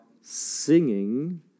singing